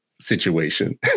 situation